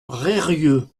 reyrieux